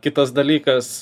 kitas dalykas